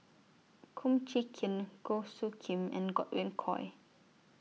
Kum Chee Kin Goh Soo Khim and Godwin Koay